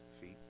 feet